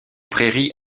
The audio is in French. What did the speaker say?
prairies